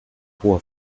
hoher